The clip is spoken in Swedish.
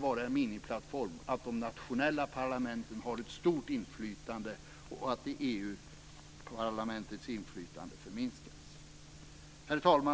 vara en minimiplattform att de nationella parlamenten har ett stort inflytande och att EU-parlamentets inflytande minskas. Herr talman!